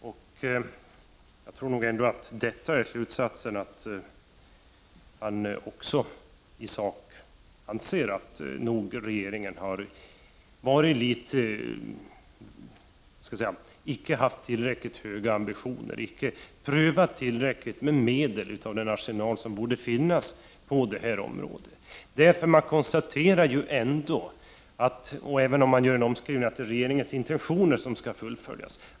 Ändå tror jag att han i sak anser att regeringen icke har haft tillräckligt höga ambitioner, icke har prövat tillräckligt med medel ur den arsenal som borde finnas på detta område. Man konstaterar ju — även om man gör en omskrivning — att det är regeringens intentioner som skall fullföljas.